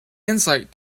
insight